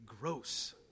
gross